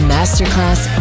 Masterclass